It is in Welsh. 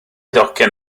docyn